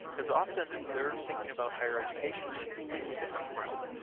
cause often they're thinking about higher education in a completely different realm,